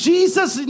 Jesus